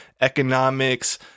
economics